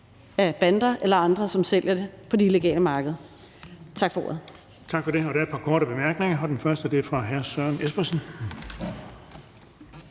af bander eller andre, som sælger det på det illegale marked? Tak for ordet.